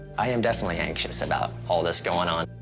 i am definitely anxious about all this going on.